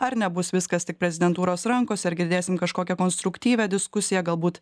ar nebus viskas tik prezidentūros rankose ar girdėsim kažkokią konstruktyvią diskusiją galbūt